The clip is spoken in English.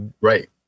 right